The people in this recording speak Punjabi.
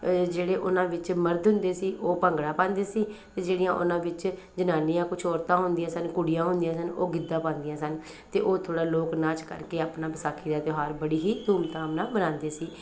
ਜਿਹੜੇ ਉਹਨਾਂ ਵਿੱਚ ਮਰਦ ਹੁੰਦੇ ਸੀ ਉਹ ਭੰਗੜਾ ਪਾਉਂਦੇ ਸੀ ਅਤੇ ਜਿਹੜੀਆਂ ਉਹਨਾਂ ਵਿੱਚ ਜਨਾਨੀਆਂ ਕੁਝ ਔਰਤਾਂ ਹੁੰਦੀਆਂ ਸਨ ਕੁੜੀਆਂ ਹੁੰਦੀਆਂ ਸਨ ਉਹ ਗਿੱਧਾ ਪਾਉਂਦੀਆਂ ਸਨ ਅਤੇ ਉਹ ਥੋੜ੍ਹਾ ਲੋਕ ਨਾਚ ਕਰਕੇ ਆਪਣਾ ਵਿਸਾਖੀ ਦਾ ਤਿਉਹਾਰ ਬੜੀ ਹੀ ਧੂਮਧਾਮ ਨਾਲ ਮਨਾਉਂਦੇ ਸੀ